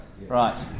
Right